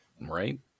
Right